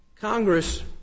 Congress